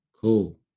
cool